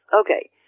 Okay